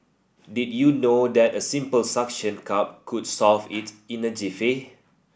did you know that a simple suction cup could solve it in a jiffy